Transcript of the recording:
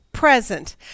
Present